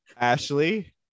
Ashley